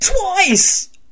Twice